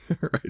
Right